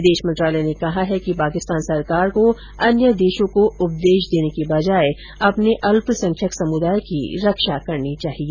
विदेश मंत्रालय ने कहा है कि पाकिस्तान सरकार को अन्य देशों को उपदेश देने की बजाय अपने अल्पसंख्यक समुदाय की रक्षा करनी चाहिए